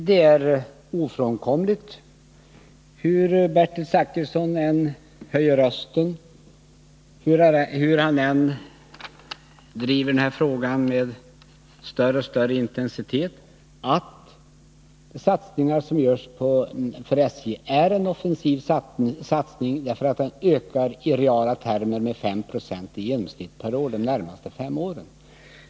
Herr talman! Hur mycket Bertil Zachrisson än höjer rösten och hur han än driver den här frågan med större och större intensitet, så är det ofrånkomligt att den satsning som görs för SJ är en offensiv satsning, därför att den ökar i reala termer med i genomsnitt 5 70 de närmaste fem åren.